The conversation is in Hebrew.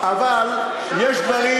שם זה 15. אבל יש דברים